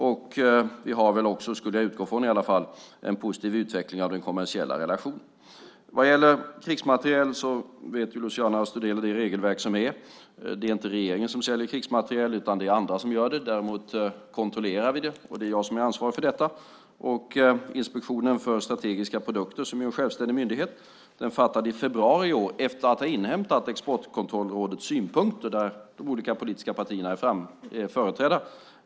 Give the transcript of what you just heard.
Jag utgår också ifrån att vi har en positiv utveckling av den kommersiella relationen. Vad gäller krigsmateriel känner Luciano Astudillo till det regelverk som finns. Det är inte regeringen som säljer krigsmateriel, utan det är andra som gör det. Däremot kontrollerar vi det, och det är jag som är ansvarig för detta. Inspektionen för strategiska produkter, som är en självständig myndighet, fattade beslut i februari i år, efter att ha inhämtat synpunkter från Exportkontrollrådet, där de olika politiska partierna är företrädda.